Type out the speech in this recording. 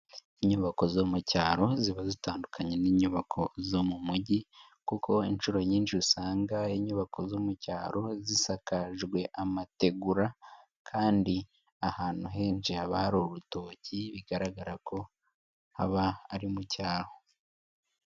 Inyubako zo mucyaro ziba zitandukanye n'inyubako zo mu mujyi, kuko inshuro nyinshi usanga inyubako zo mu cyara ziba zisakaje amategura, kandi ahantu henshi haba hari urutoki bigaragara ko ari mu cyaro.